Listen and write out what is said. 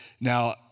now